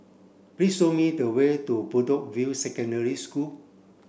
please show me the way to Bedok View Secondary School